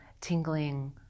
tingling